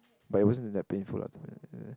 but it wasn't that panful lah